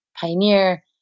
pioneer